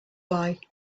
why